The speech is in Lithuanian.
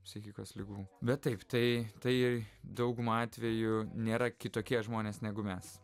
psichikos ligų bet taip tai tai dauguma atvejų nėra kitokie žmonės negu mes